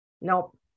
nope